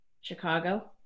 Chicago